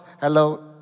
Hello